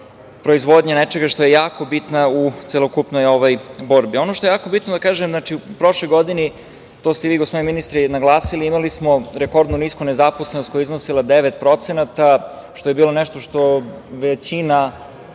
proizvodnja nečega što je jako bitno u celokupnoj ovoj borbi. Ono što je jako bitno da kažem u prošloj godini, to ste vi, gospodine ministre, naglasili, imali smo rekordno nisku nezaposlenost koja je iznosila 9%, što je bilo nešto što većina